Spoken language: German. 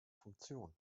funktion